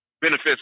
benefits